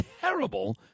terrible